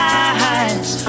eyes